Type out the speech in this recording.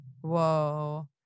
Whoa